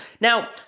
Now